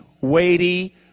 weighty